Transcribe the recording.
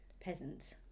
peasant